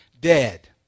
dead